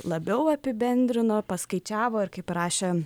labiau apibendrino paskaičiavo ir kaip rašė